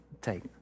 Take